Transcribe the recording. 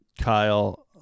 Kyle